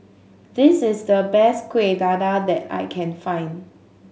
this is the best Kueh Dadar that I can find